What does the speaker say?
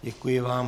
Děkuji vám.